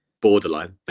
Borderline